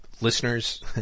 listeners